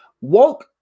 woke